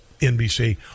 NBC